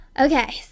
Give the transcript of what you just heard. Okay